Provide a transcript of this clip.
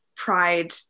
pride